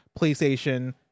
PlayStation